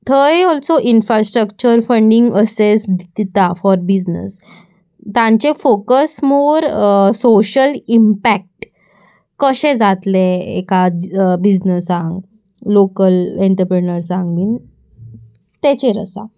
थंय also infrastructure funding असॅस दिता फॉर बिजनस तांचे फोकस मोर सोशल इम्पॅक्ट कशे जातले एका बिजनसांक लोकल एंटरप्रिनर्सांक बीन तेचेर आसा